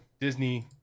Disney